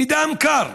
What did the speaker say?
בדם קר,